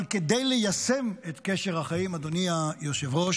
אבל כדי ליישם את קשר החיים, אדוני היושב-ראש,